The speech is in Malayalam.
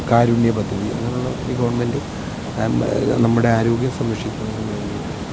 കാരുണ്യ പദ്ധതി അങ്ങനെയുള്ള ഒത്തിരി ഗവണ്മെന്റ് ആ നമ്മുടെ ആരോഗ്യം സംരക്ഷിക്കുന്നതിന് വേണ്ടിയിട്ട്